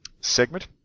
segment